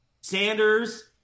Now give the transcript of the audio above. Sanders